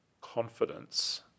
confidence